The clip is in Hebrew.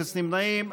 אפס נמנעים.